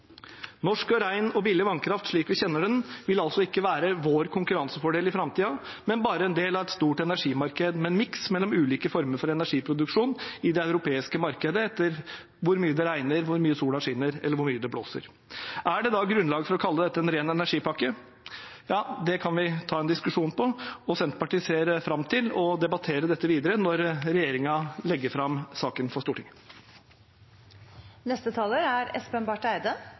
Norsk ren og billig vannkraft, slik vi kjenner den, vil altså ikke være vår konkurransefordel i framtiden, men bare en del av et stort energimarked med en miks mellom ulike former for energiproduksjon i det europeiske markedet etter hvor mye det regner, hvor mye sola skinner, eller hvor mye det blåser. Er det da grunnlag for å kalle dette en ren energi-pakke? Det kan vi ta en diskusjon om, og Senterpartiet ser fram til å debattere dette videre, når regjeringen legger fram saken for Stortinget. Framtiden er